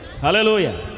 Hallelujah